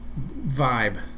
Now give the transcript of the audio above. Vibe